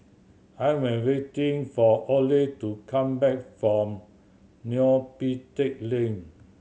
I am waiting for Orley to come back from Neo Pee Teck Lane